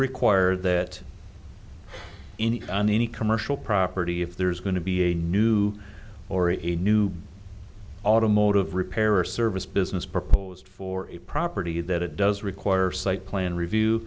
require that any on any commercial property if there is going to be a new or a new automotive repair or service business proposed for a property that it does require site plan review